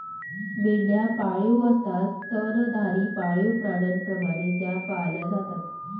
मेंढ्या पाळीव असतात स्तनधारी पाळीव प्राण्यांप्रमाणे त्या पाळल्या जातात